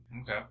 Okay